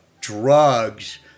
drugs